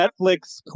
netflix